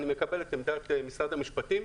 אני מקבל את עמדת משרד המשפטים,